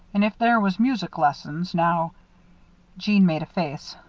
an' if there was music lessons, now jeanne made a face.